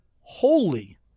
holy